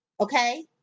Okay